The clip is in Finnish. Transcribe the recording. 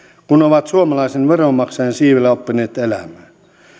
kun ovat suomalaisen veronmaksajan siivellä oppineet elämään